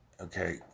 Okay